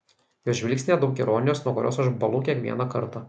jos žvilgsnyje daug ironijos nuo kurios aš bąlu kiekvieną kartą